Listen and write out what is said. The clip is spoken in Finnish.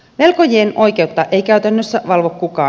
velkojien oikeutta ei käytännössä valvo kukaan